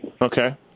Okay